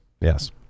Yes